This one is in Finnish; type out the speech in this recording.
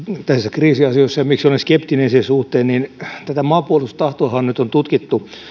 kriisiasioissa ja siitä miksi olen skeptinen sen suhteen maanpuolustustahtoahan nyt on tutkittu